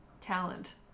talent